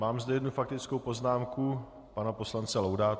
Mám zde jednu faktickou poznámku pana poslance Laudáta.